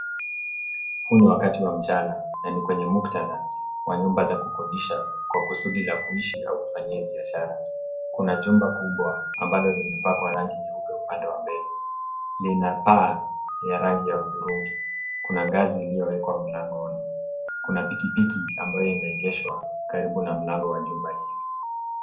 Huu ni wakati wa mchana na ni kwenye muktadha wa nyumba za kukodisha kwa kusubira ya kuishi au kufanyia biashara kuna jumba kubwa ambalo lime pakwa rangi nyeupe upande wa mbele, linapaa ya rangi ya udongo kuna ngazi iliyo wekwa mlangoni kuna pikipiki ambayo ime egeshwa karibu na mlango wa jumba hili.